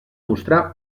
mostrar